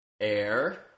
air